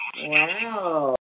Wow